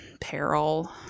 peril